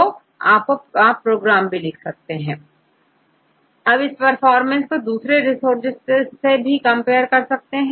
तो आप प्रोग्राम भी लिख सकते हैं और इस इंफॉर्मेशन को दूसरे रिसोर्सेज से भी प्राप्त कर सकते हैं